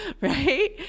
right